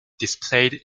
displayed